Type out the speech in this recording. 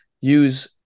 use